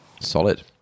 Solid